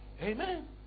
Amen